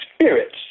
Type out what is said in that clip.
spirits